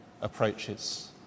approaches